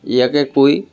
ইয়াকে কৈ